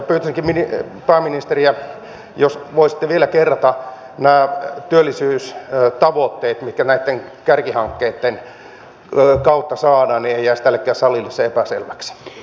pyytäisinkin pääministeriä jos voisitte vielä kerrata nämä työllistyystavoitteet mitkä näitten kärkihankkeitten kautta saadaan niin ei jäisi tällekään salille se epäselväksi